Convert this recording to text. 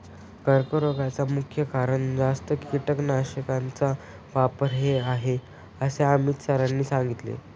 कर्करोगाचे मुख्य कारण जास्त कीटकनाशकांचा वापर हे आहे असे अमित सरांनी सांगितले